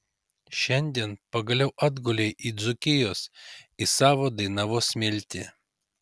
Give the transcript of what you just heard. šiandien pagaliau atgulei į dzūkijos į savo dainavos smiltį